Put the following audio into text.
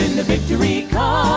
victory